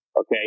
okay